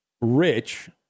Rich